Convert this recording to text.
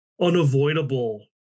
unavoidable